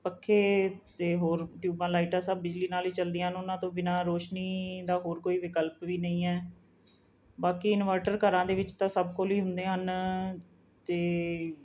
ਪੱਖੇ ਅਤੇ ਹੋਰ ਟਿਊਬਾਂ ਲਾਈਟਾਂ ਸਭ ਬਿਜਲੀ ਨਾਲ ਹੀ ਚੱਲਦੀਆਂ ਹਨ ਉਹਨਾਂ ਤੋਂ ਬਿਨਾਂ ਰੋਸ਼ਨੀ ਦਾ ਹੋਰ ਕੋਈ ਵਿਕਲਪ ਵੀ ਨਹੀਂ ਹੈ ਬਾਕੀ ਇਨਵਰਟਰ ਘਰਾਂ ਦੇ ਵਿੱਚ ਤਾਂ ਸਭ ਕੋਲ ਹੀ ਹੁੰਦੇ ਹਨ ਅਤੇ